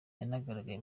yanagaragaye